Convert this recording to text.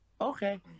Okay